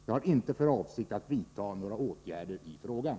Jag har inte för avsikt att vidta några åtgärder i frågan.